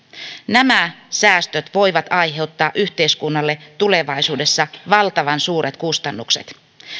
nämä säästöt voivat aiheuttaa yhteiskunnalle tulevaisuudessa valtavan suuret kustannukset